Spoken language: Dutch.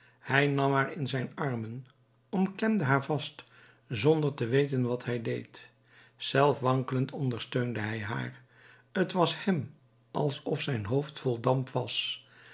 hij nam haar in zijn armen omklemde haar vast zonder te weten wat hij deed zelf wankelend ondersteunde hij haar t was hem alsof zijn hoofd vol damp was